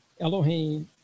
Elohim